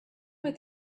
with